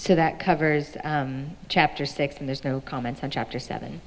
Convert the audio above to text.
so that covers chapter six and there's no comments on chapter seven